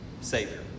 Savior